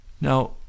Now